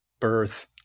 birth